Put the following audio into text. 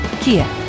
Kia